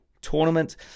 tournament